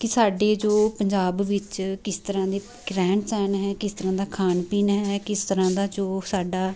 ਕਿ ਸਾਡੇ ਜੋ ਪੰਜਾਬ ਵਿੱਚ ਕਿਸ ਤਰ੍ਹਾਂ ਦੇ ਰਹਿਣ ਸਹਿਣ ਹੈ ਕਿਸ ਤਰ੍ਹਾਂ ਦਾ ਖਾਣ ਪੀਣ ਹੈ ਕਿਸ ਤਰ੍ਹਾਂ ਦਾ ਜੋ ਸਾਡਾ